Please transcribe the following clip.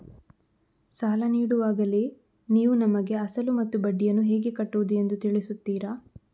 ಸಾಲ ನೀಡುವಾಗಲೇ ನೀವು ನಮಗೆ ಅಸಲು ಮತ್ತು ಬಡ್ಡಿಯನ್ನು ಹೇಗೆ ಕಟ್ಟುವುದು ಎಂದು ತಿಳಿಸುತ್ತೀರಾ?